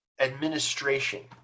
administration